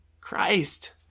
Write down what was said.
Christ